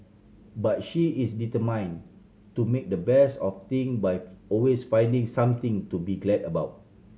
but she is determined to make the best of thing by always finding something to be glad about